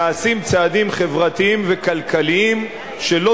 נעשים צעדים חברתיים וכלכליים בדברים שלא